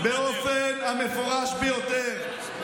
באופן המפורש ביותר: